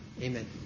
Amen